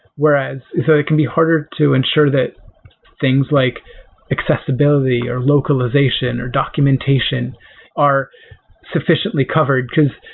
whereas so it it can be harder to ensure that things like accessibility, or localization, or documentation are sufficiently covered. because